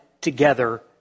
together